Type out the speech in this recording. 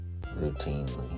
routinely